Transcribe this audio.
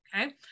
Okay